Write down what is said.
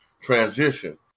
transition